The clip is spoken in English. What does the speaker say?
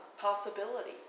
possibility